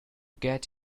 get